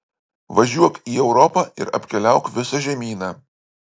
važiuok į europą ir apkeliauk visą žemyną